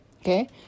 Okay